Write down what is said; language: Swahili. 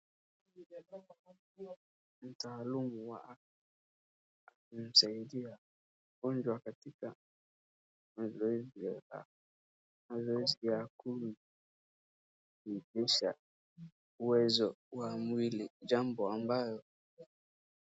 Mtaalumu wa afya akimsaidia mgonjwa katika mazoezi ya kurudisha uwezo wa mwili. Jambo ambayo.